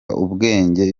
ubwenge